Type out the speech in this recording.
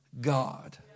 God